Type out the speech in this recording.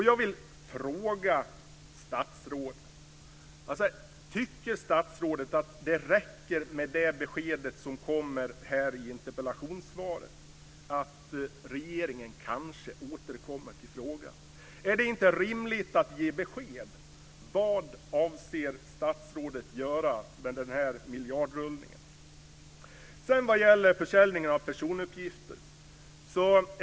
Jag vill fråga statsrådet: Tycker statsrådet att det räcker med det besked som ges här i interpellationssvaret, dvs. att regeringen kanske återkommer i frågan? Är det inte rimligt att ge besked? Vad avser statsrådet att göra med miljardrullningen? Sedan var det försäljningen av personuppgifter.